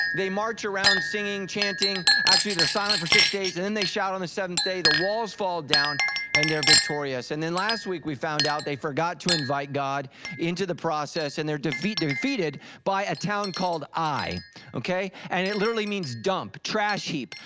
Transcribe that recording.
they march march around singing, chanting, actually they're silent for six days and then they shout on the seventh day, the walls fall down and they're victorious and then last week we found out they forgot to invite god into the process and their defeated defeated by a town called i okay? and it literally means dump, trash heap,